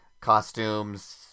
costumes